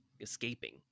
escaping